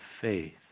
faith